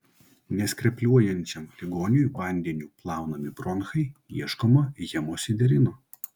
neskrepliuojančiam ligoniui vandeniu plaunami bronchai ieškoma hemosiderino